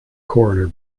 coroner